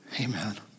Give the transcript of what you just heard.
Amen